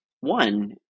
One